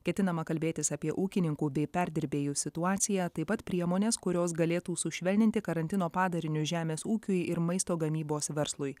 ketinama kalbėtis apie ūkininkų bei perdirbėjų situaciją taip pat priemones kurios galėtų sušvelninti karantino padarinius žemės ūkiui ir maisto gamybos verslui